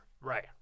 Right